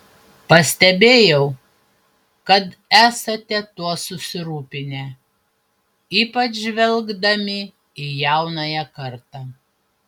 pastebėjau kad esate tuo susirūpinę ypač žvelgdami į jaunąją kartą